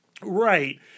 right